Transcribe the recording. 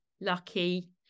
lucky